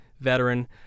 veteran